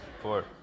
four